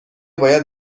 باید